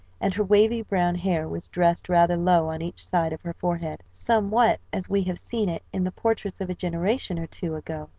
and her wavy, brown hair, was dressed rather low on each side of her forehead, somewhat as we have seen it in the portraits of a generation or two ago.